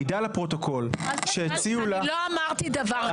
מעידה לפרוטוקול שהציעו לה --- אני לא אמרתי דבר כזה.